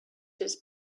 his